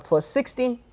plus sixty.